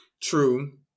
True